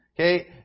Okay